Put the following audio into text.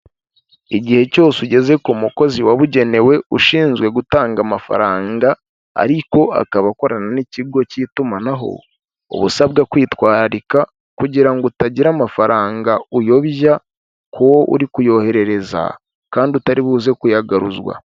Igihe cyose ugeze ku mukozi wabugenewe ushinzwe gutanga amafaranga ariko akaba akorana n'ikigo cy'itumanaho, uba usabwa kwitwararika kugira ngo utagira amafaranga uyobya ku wo uri kuyoherereza kandi utari buze kuyagaruzwa.